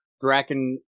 Draken